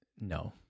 no